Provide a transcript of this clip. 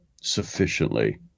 sufficiently